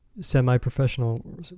semi-professional